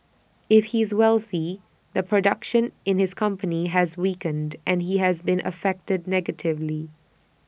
if he's wealthy the production in his company has weakened and he has been affected negatively